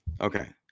Okay